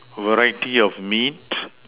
varieties of meat